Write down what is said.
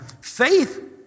Faith